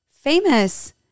Famous